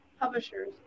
publishers